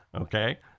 Okay